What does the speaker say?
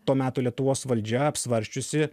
to meto lietuvos valdžia apsvarsčiusi